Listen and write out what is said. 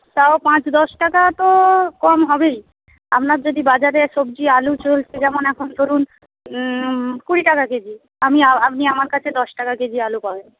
তাও পাঁচ দশ টাকা তো কম হবেই আপনার যদি বাজারে সবজি আলু চলছে যেমন এখন ধরুন কুড়ি টাকা কেজি আমি আপনি আমার কাছে দশ টাকা কেজি আলু পাবেন